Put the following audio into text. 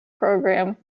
programme